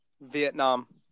Vietnam